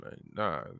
nah